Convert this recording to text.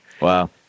Wow